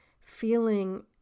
feeling